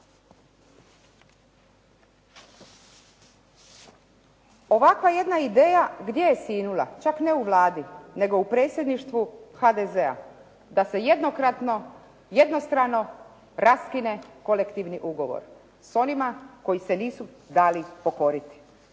Ovakva jedna ideja gdje je sinula? Čak ne u Vladi, nego u predsjedništvu HDZ-a da se jednokratno, jednostrano raskine kolektivni ugovor s onima koji se nisu dali pokoriti.